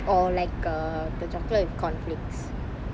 or like uh the chocolate with cornflakes